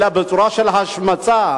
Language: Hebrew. אלא בצורה של השמצה,